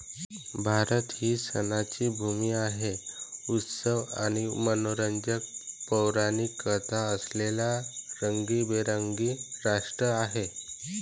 भारत ही सणांची भूमी आहे, उत्सव आणि मनोरंजक पौराणिक कथा असलेले रंगीबेरंगी राष्ट्र आहे